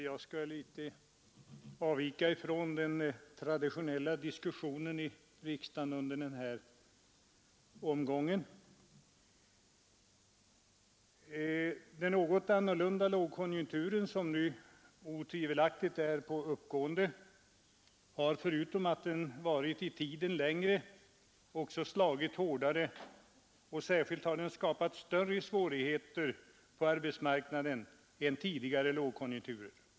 Herr talman! Jag skall avvika litet från den traditionella diskussionen i riksdagen under den här omgången. Den något annorlunda lågkonjunkturen — som nu otvivelaktigt är på uppgående — har, förutom att den varat längre i tiden, slagit hårdare och skapat större svårigheter på arbetsmarknaden än tidigare lågkonjunkturer.